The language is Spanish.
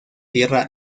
tierra